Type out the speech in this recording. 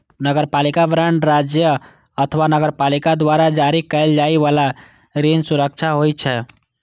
नगरपालिका बांड राज्य अथवा नगरपालिका द्वारा जारी कैल जाइ बला ऋण सुरक्षा होइ छै